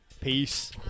Peace